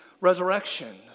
Resurrection